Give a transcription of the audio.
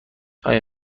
آیا